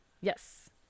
yes